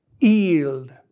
yield